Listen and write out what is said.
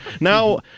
Now